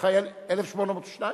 1802?